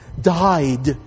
died